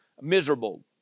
miserable